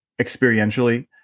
experientially